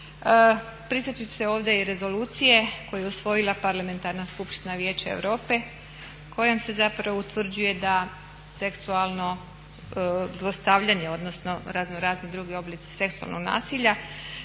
Prisjetiti ću se ovdje i Rezolucije koju je usvojila Parlamentarna skupština Vijeća Europe kojom se zapravo utvrđuje da seksualno zlostavljanje odnosno razno razni drugi oblici seksualnog nasilja